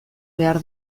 behar